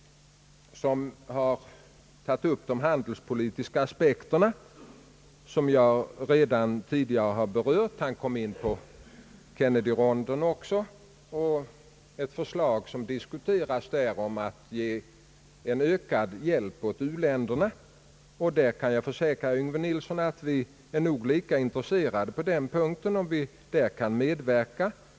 Han har tagit upp de handelspolitiska aspekterna som jag redan tidigare har berört. Herr Yngve Nilsson kom in på Kennedyrundan och ett förslag som diskuterats där om att ge ökad hjälp åt u-länderna. Jag kan försäkra herr Yngve Nilsson att vi också är intresserade av att medverka på den punkten.